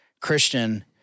Christian